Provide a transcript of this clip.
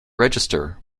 register